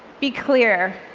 be clear.